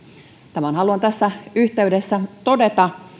tämän haluan tässä yhteydessä todeta